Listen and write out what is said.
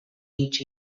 each